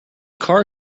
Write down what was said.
car